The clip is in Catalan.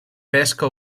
pesca